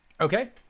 Okay